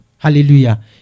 Hallelujah